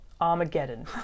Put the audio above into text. Armageddon